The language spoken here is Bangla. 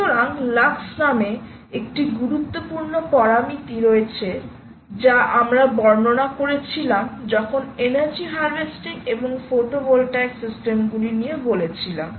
সুতরাং লাক্স নামে একটি গুরুত্বপূর্ণ পরামিতি রয়েছে যা আমরা বর্ণনা করেছিলাম যখন এনার্জি হারভেস্টি এবং ফটোভোলটাইক সিস্টেমগুলি নিয়ে বলেছিলাম